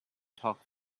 talk